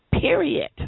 period